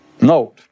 Note